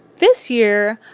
this year,